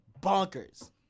bonkers